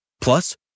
Plus